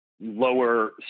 lower